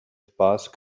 sparse